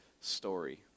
story